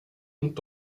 und